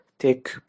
take